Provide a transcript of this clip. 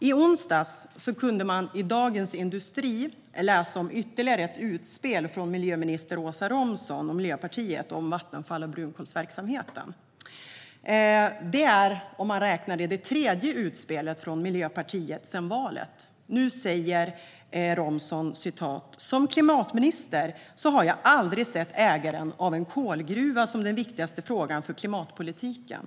I onsdags kunde man i Dagens Industri läsa om ytterligare ett utspel från miljöminister Åsa Romson och Miljöpartiet om Vattenfall och brunkolsverksamheten. Det är det tredje utspelet från Miljöpartiet sedan valet. Nu säger Romson: "Som klimatminister så har jag aldrig sett ägaren av en kolgruva som den viktigaste frågan för klimatpolitiken."